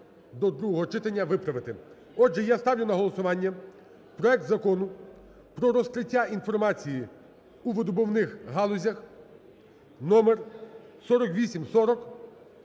до другого читання виправити. Отже, я ставлю на голосування проект Закону про розкриття інформації у видобувних галузях (№4840)